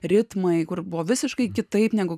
ritmai kur buvo visiškai kitaip negu